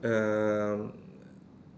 um